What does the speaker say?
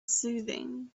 soothing